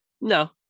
No